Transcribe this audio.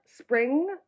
spring